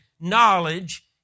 knowledge